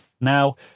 Now